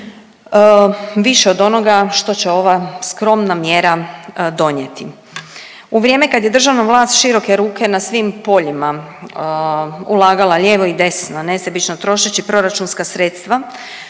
više od onoga što će ova skromna mjera donijeti. U vrijeme kad je državna vlast široke ruke na svim poljima ulagala lijevo i desno nesebično trošeći proračunska sredstva